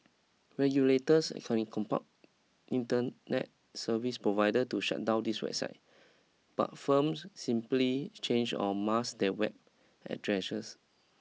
regulators can compel internet service provider to shut down these sites but firms simply change or mask their web addresses